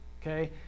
okay